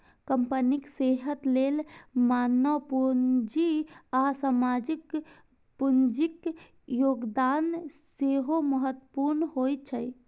कंपनीक सेहत लेल मानव पूंजी आ सामाजिक पूंजीक योगदान सेहो महत्वपूर्ण होइ छै